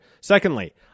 Secondly